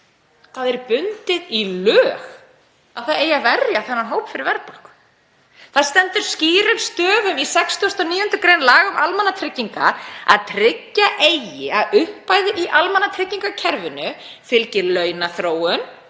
Það er bundið í lög að verja eigi þennan hóp fyrir verðbólgu. Það stendur skýrum stöfum í 69. gr. laga um almannatryggingar að tryggja eigi að upphæðir í almannatryggingakerfinu fylgi launaþróun